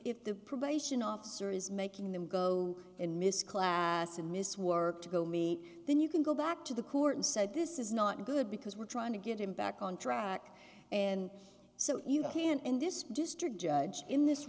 if the probation officer is making them go in misc class and miss work to go me then you can go back to the court and said this is not good because we're trying to get him back on track and so you can in this district judge in this